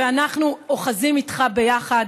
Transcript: ואנחנו אוחזים איתך ביחד.